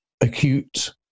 acute